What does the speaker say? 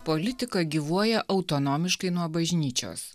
politika gyvuoja autonomiškai nuo bažnyčios